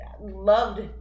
loved